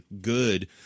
good –